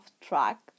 track